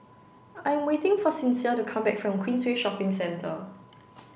I'm waiting for Sincere to come back from Queensway Shopping Centre